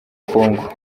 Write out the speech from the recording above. congo